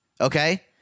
okay